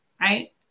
right